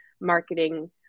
marketing